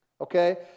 okay